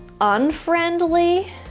unfriendly